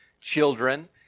children